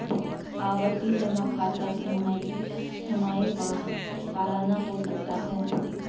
आवर्ती जमा खाता तिमाही, छमाही व सलाना हो सकता है